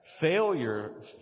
Failure